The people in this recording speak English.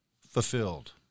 Fulfilled